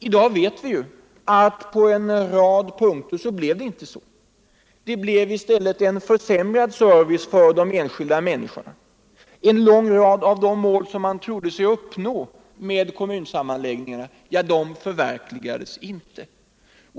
I dag vet vi ju att på en rad punkter blev det inte så — det blev i stället en försämrad service för de enskilda människorna. En lång rad av de mål som man trodde sig uppnå med kommunsammanläggningarna förverkligades inte.